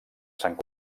sant